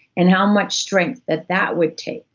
and how much strength that that would take,